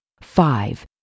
Five